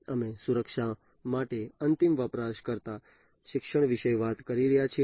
અમે સુરક્ષા માટે અંતિમ વપરાશકર્તા શિક્ષણ વિશે વાત કરી રહ્યા છીએ